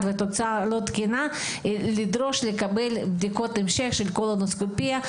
והתוצאה לא תקינה צריך לבקש לקבל בדיקות המשך של קולונוסקופיה.